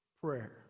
prayer